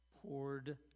poured